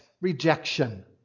rejection